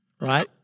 right